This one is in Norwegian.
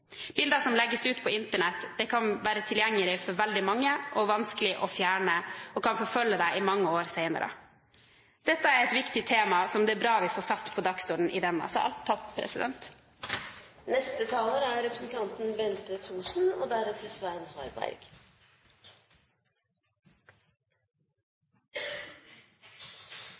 Bilder som legges ut på Internett, kan være tilgjengelige for veldig mange og vanskelig å fjerne. De kan forfølge deg i mange år senere. Dette er et viktig tema som det er bra at vi får satt på dagsordenen i denne